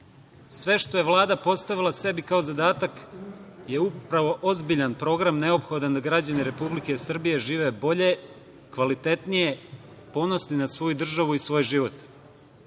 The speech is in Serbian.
što je Vlada postavila sebi kao zadatak je upravo ozbiljan program, neophodan da građani Republike Srbije žive bolje, kvalitetnije, ponosni na svoju državu i svoj život,